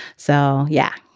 so, yeah,